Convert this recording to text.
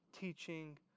teaching